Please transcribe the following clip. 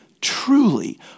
truly